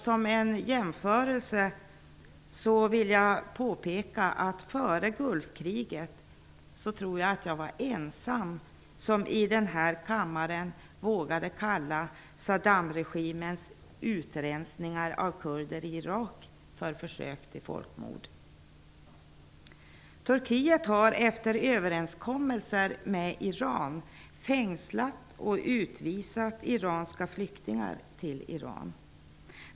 Som en jämförelse vill jag påpeka att jag tror att jag före Gulfkriget var ensam om att i den här kammaren våga kalla Saddamregimens utresningar av kurder i Turkiet har efter överenskommelser med Iran fängslat och utvisat iranska flyktingar till Iran.